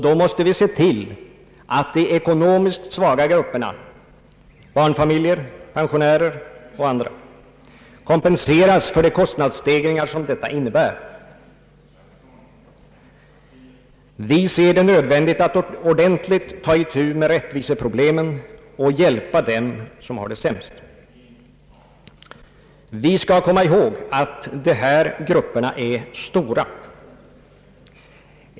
Vi måste då se till att de ekonomiskt svaga grupperna — barnfamiljer, pensionärer och andra — kompenseras för de kostnadsstegringar som detta innebär. Vi anser det nödvändigt att ordentligt ta itu med rättviseproblemen och hjälpa dem som har det sämst. Vi skall komma ihåg att dessa grupper är stora.